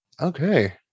Okay